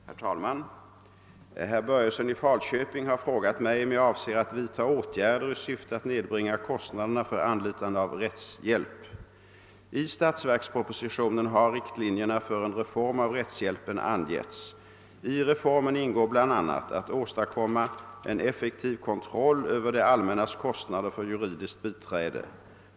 Herr talman! Herr Börjesson i Falköping har frågat mig om jag avser att vidta åtgärder i syfte att nedbringa kostnaderna för anlitande av rättshjälp. I statsverkspropositionen har riktlinjerna för en reform av rättshjälpen angetts. I reformen ingår bl.a. att åstadkomma en effektiv kontroll över det allmännas kostnader för juridiskt biträde.